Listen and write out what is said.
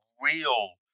real